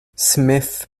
smith